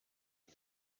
and